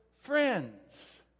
friends